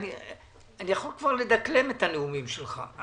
אני יכול כבר לדקלם את הנאומים שלך.